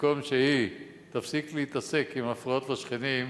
במקום שהיא תתעסק עם הפרעות לשכנים,